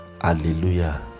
Hallelujah